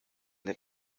den